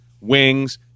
Wings